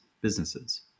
businesses